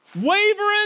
wavering